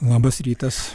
labas rytas